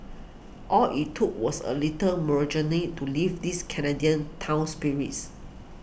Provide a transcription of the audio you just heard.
all it too was a little moral journey to lift this Canadian town's spirits